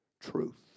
truth